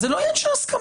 זה לא עניין של הסכמה.